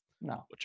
no